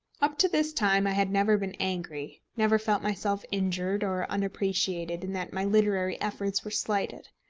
up to this time i had never been angry, never felt myself injured or unappreciated in that my literary efforts were slighted.